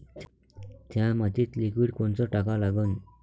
थ्या मातीत लिक्विड कोनचं टाका लागन?